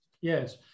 yes